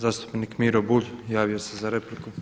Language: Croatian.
Zastupnik Miro Bulj javio se za repliku.